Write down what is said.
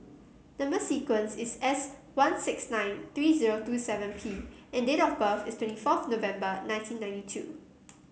number sequence is S one six nine three zero two seven P and date of birth is twenty fourth November nineteen niety two